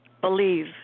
believe